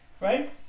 right